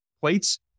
plates